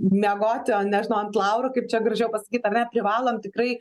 miegoti o nežinau ant laurų kaip čia gražiau pasakyt ane privalom tikrai